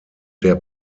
der